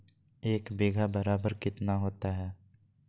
एक बीघा बराबर कितना होता है?